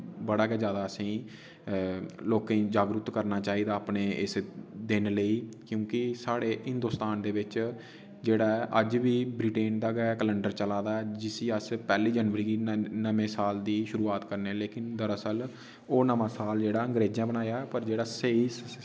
बड़ा गै जैदा असेंगी लोकें गी जागरूक करना चाहिदा आपने इस दिन लेई क्युंकी साढ़े हिन्दोस्तान दे बिच जेह्ड़ा ऐ अज बी ब्रिटेन दा गै कलन्डर चला दा ऐ जिस्सी अस पैह्ली जनबरी गी नमें साल दी शुरुआत करने लेकिन दरासल ओह् नमां साल जेह्ड़ा अंग्रेजैं बनाया पर जेह्ड़ा सेही स्